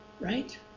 right